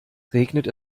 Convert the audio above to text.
regnet